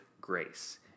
grace